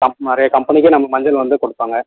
come நிறையா கம்பெனிக்கே நம்ம மஞ்சள் வந்து கொடுப்பாங்க